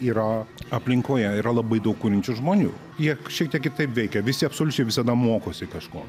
yra aplinkoje yra labai daug kuriančių žmonių jie šiek tiek kitaip veikia visi absoliučiai visada mokosi kažko